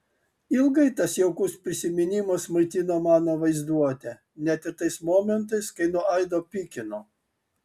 ilgai tas jaukus prisiminimas maitino mano vaizduotę net ir tais momentais kai nuo aido pykino